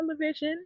television